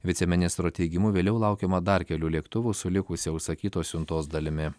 viceministro teigimu vėliau laukiama dar kelių lėktuvų su likusia užsakytos siuntos dalimi